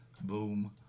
Boom